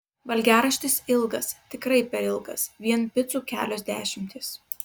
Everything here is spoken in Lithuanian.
valgiaraštis ilgas tikrai per ilgas vien picų kelios dešimtys